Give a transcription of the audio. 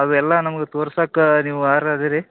ಅದು ಎಲ್ಲ ನಮಗೆ ತೋರ್ಸೋಕೆ ನೀವು ಅರ್ಹ ಇದೀರಿ